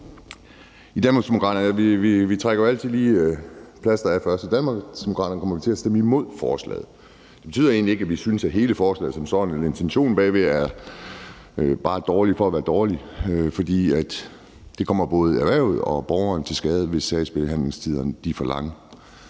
kommer vi til at stemme imod forslaget. Det betyder egentlig ikke, at vi synes, at hele forslaget som sådan eller intentionen bagved bare er dårlig for at være dårlig, for det kommer både erhvervet og borgerne til skade, hvis sagsbehandlingstiderne er for lange.